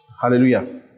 hallelujah